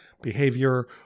behavior